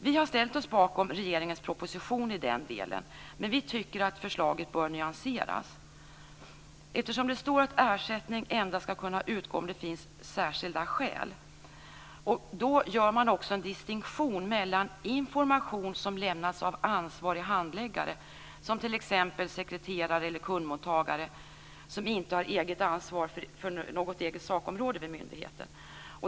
Vi har ställt oss bakom regeringens proposition i den delen. Men vi tycker att förslaget bör nyanseras, eftersom det står att ersättning endast skall kunna utgå om det finns särskilda skäl. Då gör man också en distinktion mellan information som lämnas av ansvarig handläggare, som t.ex. sekreterare eller kundmottagare som inte har ansvar för något eget sakområde vid myndigheten.